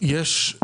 יש לי